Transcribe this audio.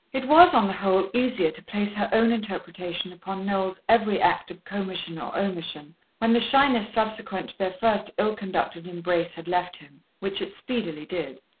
it was, on the whole, easier to place her own interpretation upon noel's every act of commission or omission when the shyness subsequent to their first ill-conducted embrace had left him, which it speedily did.